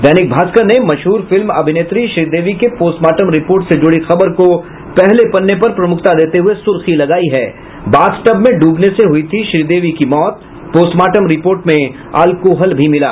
दैनिक भास्कर ने मशहूर फिल्म अभिनेत्री श्रीदेवी के पोस्टमार्टम रिपोर्ट से जुड़ी खबर को पहले पन्ने पर प्रमुखता देते हुये सुर्खी लगायी है बाथटब में डूबने से हुई थी श्रीदेवी की मौत पोस्टमार्टम रिपोर्ट में अल्कोहल भी मिला